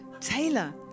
Taylor